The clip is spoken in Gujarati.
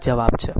આ જવાબ છે